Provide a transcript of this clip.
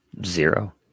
zero